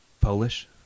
Polish